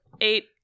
eight